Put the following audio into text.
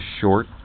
short